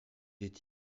est